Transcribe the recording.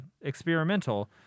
experimental